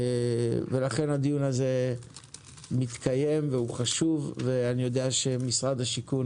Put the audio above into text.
ולכן הדיון הזה מתקיים והוא חשוב ואני יודע שמשרד השיכון